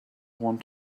want